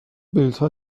بلیتها